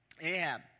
Ahab